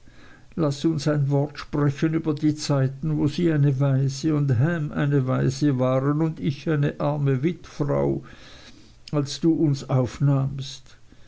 laß uns ein wort sprechen über die zeiten wo sie eine waise und ham eine waise waren und ich eine arme wittfrau als du uns aufnahmst